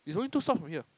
it's only two stops from here